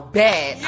bad